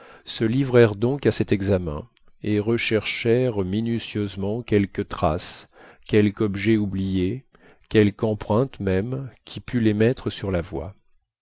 se livrèrent donc à cet examen et recherchèrent minutieusement quelque trace quelque objet oublié quelque empreinte même qui pût les mettre sur la voie